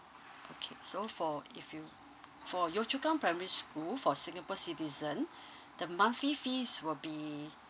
okay so for if you for yio chu kang primary school for singapore citizen the monthly fees will be